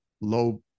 low